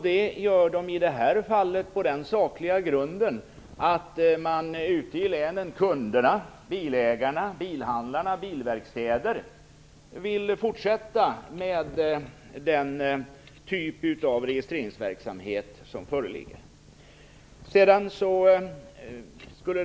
Det gör de i detta fall på den sakliga grunden att man ute i länen - kunderna, bilägarna, bilhandlarna, bilverkstäderna - vill att den typ av registerverksamhet som föreligger skall fortsätta.